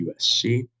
USC